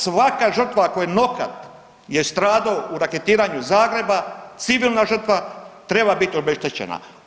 Svaka žrtva kojoj je nokat je stradao u raketiranju Zagreba, civilna žrtva, treba bit obeštećena.